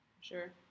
Sure